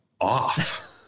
off